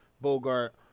Bogart